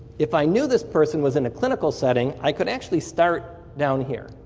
if i knew this person was in a clinical setting, i could actually start down here.